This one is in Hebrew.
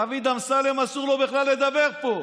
דוד אמסלם, אסור לו בכלל לדבר פה.